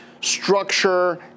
structure